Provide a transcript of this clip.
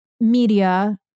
media